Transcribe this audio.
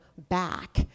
Back